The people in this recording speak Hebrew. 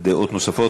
דעות נוספות.